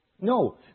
No